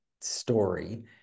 story